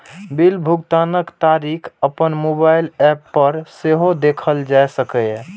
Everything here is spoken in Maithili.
बिल भुगतानक तारीख अपन मोबाइल एप पर सेहो देखल जा सकैए